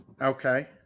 Okay